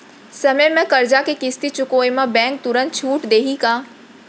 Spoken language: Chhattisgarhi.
समय म करजा के किस्ती चुकोय म बैंक तुरंत छूट देहि का?